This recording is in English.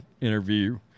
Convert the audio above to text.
interview